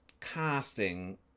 casting